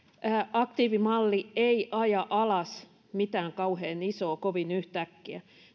aktiivimalli ei aja alas mitään kauhean isoa kovin yhtäkkiä